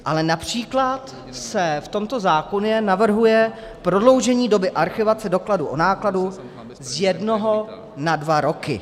Ale například se v tomto zákoně navrhuje prodloužení doby archivace dokladu o nákladu z jednoho na dva roky.